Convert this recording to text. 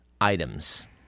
Items